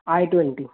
I twenty